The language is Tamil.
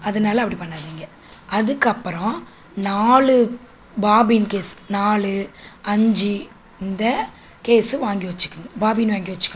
அதனால அப்படி பண்ணாதீங்கள் அதுக்கப்புறம் நாலு பாபின் கேஸ் நாலு அஞ்சு இந்த கேஸு வாங்கி வச்சிக்கணும் பாபின் வாங்கி வச்சிக்கணும்